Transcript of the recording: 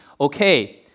okay